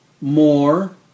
more